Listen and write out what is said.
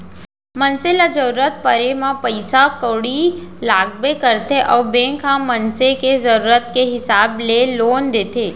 मनसे ल जरूरत परे म पइसा कउड़ी लागबे करथे अउ बेंक ह मनसे के जरूरत के हिसाब ले लोन देथे